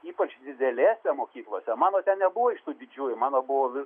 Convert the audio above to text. ypač didelėse mokyklose mano ten nebuvo iš tų didžiųjų mano buvo